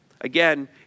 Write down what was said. again